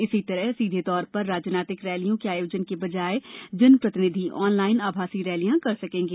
इसी तरह सीधे तौर पर राजनीतिक रैलियों के आयोजन की बजाय जन प्रतिनिधि ऑनलाइन आभासी रैलियां कर सकेंगे